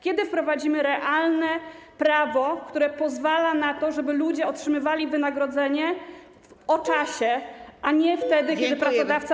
Kiedy wprowadzimy realne prawo, które pozwala na to, żeby ludzie otrzymywali wynagrodzenie o czasie, a nie wtedy, kiedy pracodawca.